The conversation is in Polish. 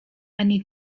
ani